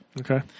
Okay